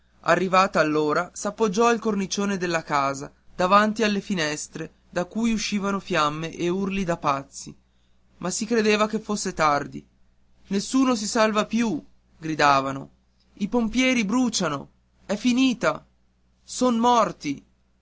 arrivata allora s'appoggiò al cornicione della casa davanti alle finestre da cui uscivano fiamme e urli da pazzi ma si credeva che fosse tardi nessuno si salva più gridavano i pompieri bruciano è finita son morti